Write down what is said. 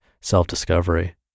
self-discovery